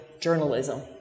journalism